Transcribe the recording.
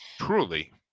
Truly